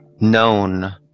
known